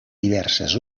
diverses